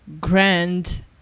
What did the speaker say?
grand